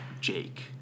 Jake